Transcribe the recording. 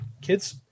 kids